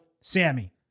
Sammy